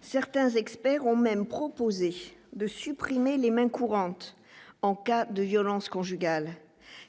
certains experts ont même proposé de supprimer les mains courantes en cas de violence conjugale,